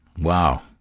Wow